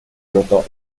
notò